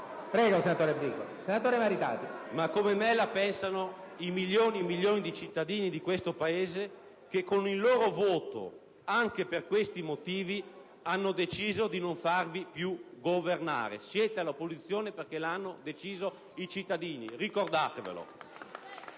Prego, senatore Bricolo, continui. BRICOLO *(LNP)*. Ma come me la pensano i milioni e milioni di cittadini di questo Paese che, con il loro voto, anche per questi motivi, hanno deciso di non farvi più governare. Siete all'opposizione perché l'hanno deciso i cittadini: ricordatevelo!